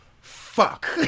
fuck